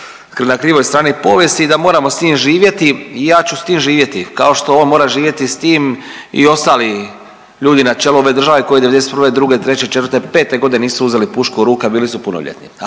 na krivoj strani povijesti i da moramo s tim živjeti i ja ću s tim živjeti, kao što on mora živjeti s tim i ostali ljudi na čelu ove države koji '91., 2., 3., 4., 5. g. nisu uzeli pušku u ruke, a bili su punoljetni.